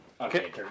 Okay